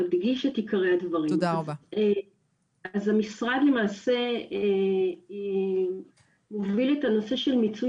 אז המשרד למעשה מוביל את הנושא של מיצוי